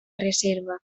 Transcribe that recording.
reserva